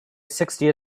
sixty